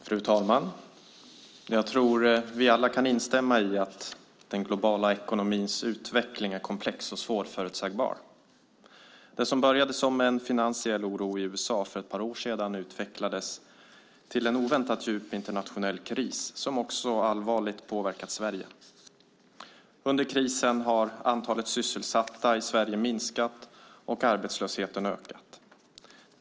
Fru talman! Jag tror att vi alla kan instämma i att den globala ekonomins utveckling är komplex och svårförutsägbar. Det som började som en finansiell oro i USA för ett par år sedan utvecklades till en oväntat djup internationell kris som också allvarligt påverkat Sverige. Under krisen har antalet sysselsatta i Sverige minskat och arbetslösheten ökat.